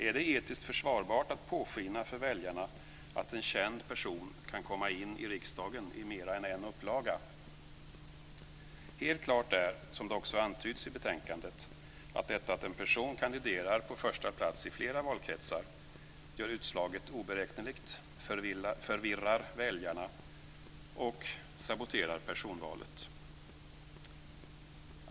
Är det etiskt försvarbart att påskina för väljarna att en känd person kan komma in i riksdagen i mer än en upplaga? Helt klart är, som det också antyds i betänkandet, att detta att en person kandiderar på första plats i flera valkretsar gör utslaget oberäkneligt, förvirrar väljarna och saboterar personvalet.